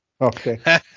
Okay